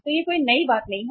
तो यह कोई नई बात नहीं है